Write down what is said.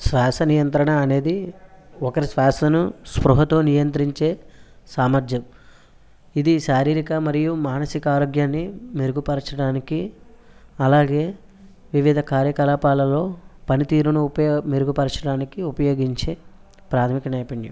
శ్వాస నియంత్రణ అనేది ఒకరి శ్వాసను సృహతో నియంత్రించే సామర్థ్యం ఇది శారీరిక మరియు మానసిక ఆరోగ్యాన్ని మెరుగుపరచడానికి అలాగే వివిధ కార్యకలపాలలో పని తీరును మెరుగుపరచడానికి ఉపయోగించే ప్రాథమిక నైపుణ్యం